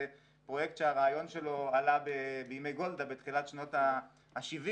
זה פרויקט שהרעיון שלו עלה בימי גולדה בתחילת שנות ה-70'.